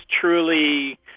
truly